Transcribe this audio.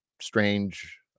strange